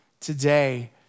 today